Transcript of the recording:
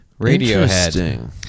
Radiohead